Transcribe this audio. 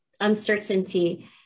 uncertainty